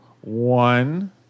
one